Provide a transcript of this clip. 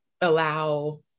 allow